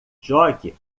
jogue